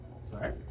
Sorry